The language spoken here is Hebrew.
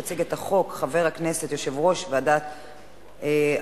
יציג את החוק יושב-ראש ועדת החינוך,